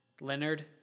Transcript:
Leonard